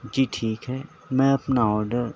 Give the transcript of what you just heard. جی ٹھیک ہے میں اپنا آرڈر